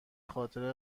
خاطر